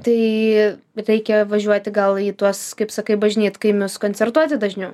tai bet reikia važiuoti gal į tuos kaip sakai bažnytkaimius koncertuoti dažniau